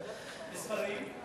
וספרים?